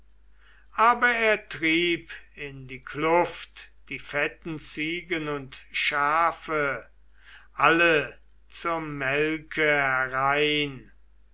aber er trieb in die kluft die fetten ziegen und schafe alle zur melke herein